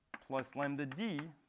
plus lambda d,